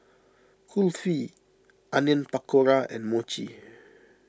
Kulfi Onion Pakora and Mochi